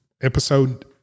episode